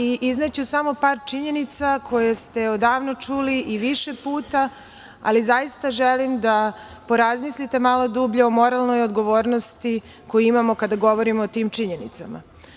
Izneću samo par činjenica koje ste odavno čuli i više puta, ali zaista želim da porazmislite malo dublje o moralnoj odgovornosti koju imamo kada govorimo o tim činjenicama.